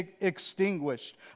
extinguished